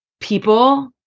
People